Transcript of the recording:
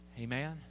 Amen